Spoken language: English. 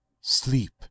sleep